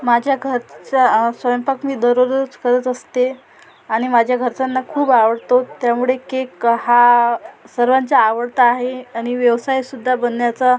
माझ्या घरचा स्वयंपाक मी दररोजच करत असते आणि माझ्या घरच्यांना खूप आवडतो त्यामुळे केक हा सर्वांचा आवडता आहे आणि व्यवसाय सुद्धा बनण्याचा